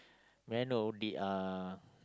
may I know did uh